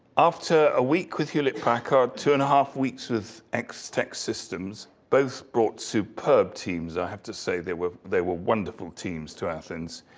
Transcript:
after a week with hewlett-packard, two and half weeks with x-tek systems, both brought superb teams and i have to say they were they were wonderful teams to athens,